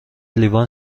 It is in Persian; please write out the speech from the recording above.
لیوان